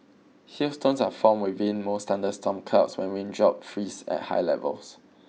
Hailstones are formed within most thunderstorm clouds when raindrops freeze at high levels